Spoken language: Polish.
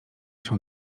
się